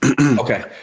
Okay